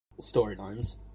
storylines